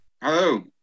Hello